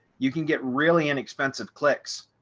you can get really inexpensive clicks,